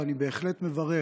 אני בהחלט מברך,